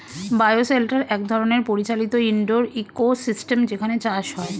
bio shelter এক ধরনের পরিচালিত ইন্ডোর ইকোসিস্টেম যেখানে চাষ হয়